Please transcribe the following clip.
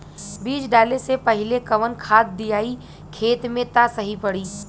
बीज डाले से पहिले कवन खाद्य दियायी खेत में त सही पड़ी?